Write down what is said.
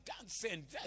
dancing